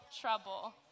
trouble